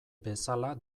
bezala